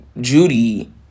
Judy